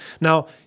Now